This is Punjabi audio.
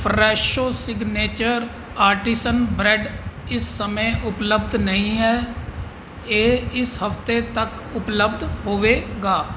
ਫਰੈਸ਼ੋ ਸਿਗਨੇਚਰ ਆਰਟੀਸਨ ਬਰੈਡ ਇਸ ਸਮੇਂ ਉਪਲੱਬਧ ਨਹੀਂ ਹੈ ਇਹ ਇਸ ਹਫ਼ਤੇ ਤੱਕ ਉਪਲੱਬਧ ਹੋਵੇਗਾ